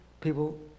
people